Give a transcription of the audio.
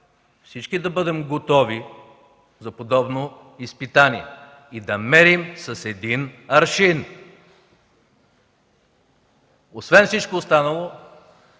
всички да бъдем готови за подобно изпитание и да мерим с един аршин. Освен всичко останало